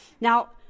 Now